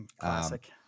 Classic